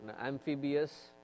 amphibious